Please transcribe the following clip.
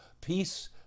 peace